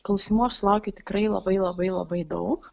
klausimų aš sulaukiu tikrai labai labai labai daug